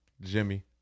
Jimmy